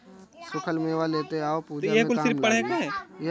सुखल मेवा लेते आव पूजा में काम लागी